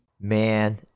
Man